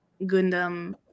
Gundam